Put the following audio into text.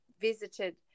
visited